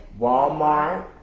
Walmart